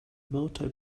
multi